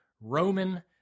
Roman